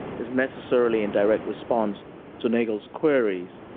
is necessarily in direct response to nagel's queries.